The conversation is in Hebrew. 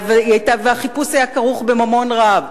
והחיפוש היה כרוך בממון רב,